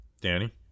Danny